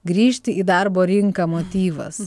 grįžti į darbo rinką motyvas